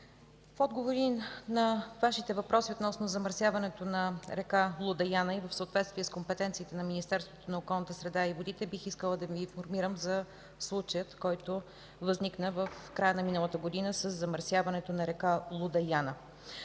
в отговор на Вашите въпроси относно замърсяването на река Луда Яна и в съответствие с компетенциите на Министерството на околната среда и водите, бих искала да Ви информирам за случая, който възникна в края на миналата година със замърсяването на река Луда Яна.